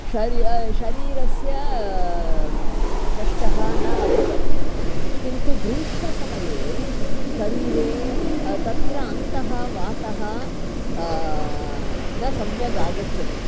शरि शरीरस्य कष्टः न अभवत् किन्तु ग्रीष्मसमये शरीरे तत्र अन्तः वातः न सम्यगागच्छति